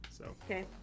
Okay